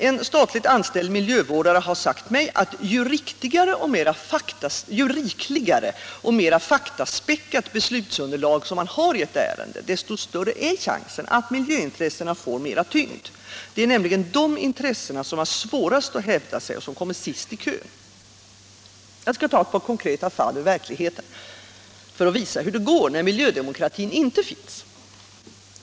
En statligt anställd miljövårdare har sagt mig att ju rikligare och mera faktaspäckat beslutsunderlag man har i ett ärende, desto större är chansen att miljöintressena får mera tyngd. Det är nämligen de intressena som har svårast att hävda sig och som kommer sist i kön. Jag skall ta ett par konkreta fall ur verkligheten för att visa hur det går när miljödemokratin inte finns.